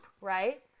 right